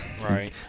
right